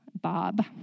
bob